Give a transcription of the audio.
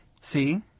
See